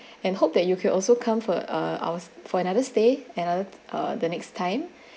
and hope that you could also come for uh our for another stay another uh the next time